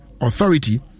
Authority